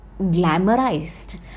glamorized